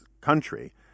country